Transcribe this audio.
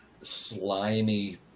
slimy